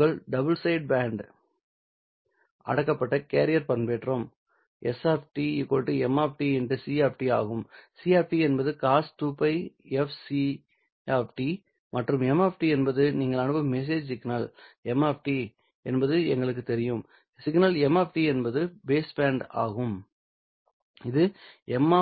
உங்கள் double side band அடக்கப்பட்ட carrier பண்பேற்றம் s m × c ஆகும் C என்பது cos 2Лfct மற்றும் m என்பது நீங்கள் அனுப்பும் மெசேஜ் சிக்னல் m என்பது எங்களுக்குத் தெரியும் சிக்னல் m என்பது பேஸ் பேண்ட் ஆகும் இது m